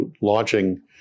launching